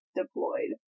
deployed